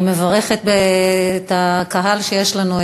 אני מברכת את הקהל שיש לנו,